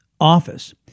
office